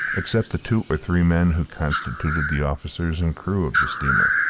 except the two or three men who constituted the officers and crew of the steamer.